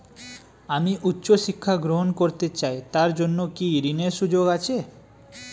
আমি উচ্চ শিক্ষা গ্রহণ করতে চাই তার জন্য কি ঋনের সুযোগ আছে?